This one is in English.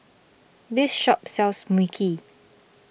this shop sells Mui Kee